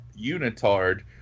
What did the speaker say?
unitard